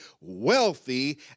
wealthy